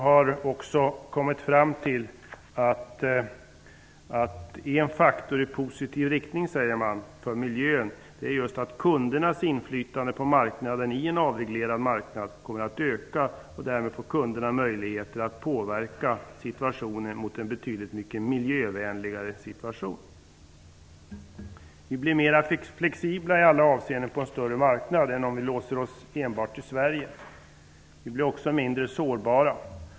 Man säger att en faktor i positiv riktning för miljön är just att kundernas inflytande på en avreglerad marknad kommer att öka. Därmed får kunderna möjligheter att påverka i riktning mot en betydligt miljövänligare situation. I alla avseenden blir vi mera flexibla på en större marknad än om vi låser oss till Sverige. Vi blir även mindre sårbara.